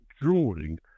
drawing